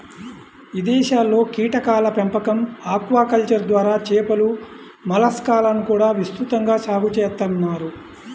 ఇదేశాల్లో కీటకాల పెంపకం, ఆక్వాకల్చర్ ద్వారా చేపలు, మలస్కాలను కూడా విస్తృతంగా సాగు చేత్తన్నారు